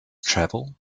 travel